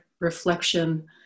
reflection